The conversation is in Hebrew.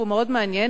והוא מאוד מעניין,